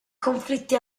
conflitti